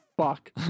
fuck